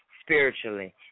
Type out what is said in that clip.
spiritually